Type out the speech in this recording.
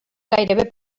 gairebé